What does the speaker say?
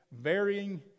varying